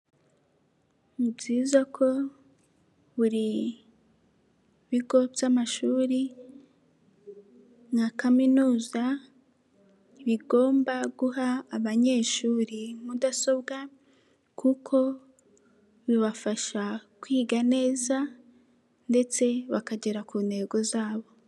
Ni byiza ko buri bigo by'amashuri na kaminuza, bigomba guha abanyeshuri mudasobwa kuko bibafasha kwiga neza ndetse bakagera ku ntego zabo.